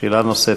שאלה נוספת.